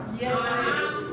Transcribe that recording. Yes